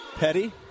Petty